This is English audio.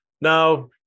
now